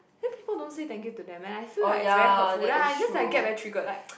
then people don't say thank you to them and I feel like it's very hurtful then I just like get very triggered like